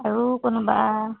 আৰু কোনোবা